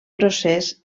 procés